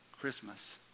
Christmas